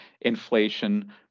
inflation